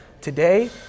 Today